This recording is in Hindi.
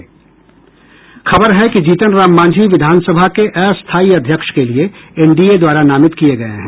खबर है कि जीतन राम मांझी विधानसभा के अस्थायी अध्यक्ष के लिए एनडीए द्वारा नामित किये गये हैं